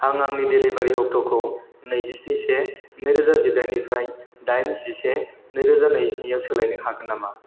आं आंनि डेलिभारिनि अक्ट'खौ नैजिस्नि से नै रोजा जिदाइन निफ्राय दाइन जिसे नैरोजा नैजिनैयाव सोलायनो हागोन नामा